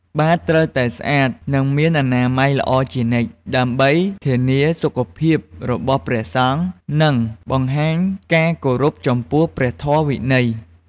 បាតត្រូវតែស្អាត និងមានអនាម័យល្អជានិច្ច ដើម្បីធានាសុខភាពរបស់ព្រះសង្ឃ និងបង្ហាញការគោរពចំពោះព្រះធម៌វិន័យ។